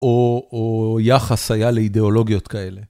או או יחס היה לאידיאולוגיות כאלה.